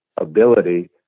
ability